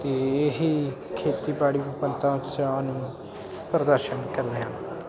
ਅਤੇ ਇਹ ਖੇਤੀਬਾੜੀ ਵਿਭਿੰਨਤਾ ਉਤਸ਼ਾਹ ਨੂੰ ਪ੍ਰਦਰਸ਼ਨ ਕਰ ਰਹੇ ਹਾਂ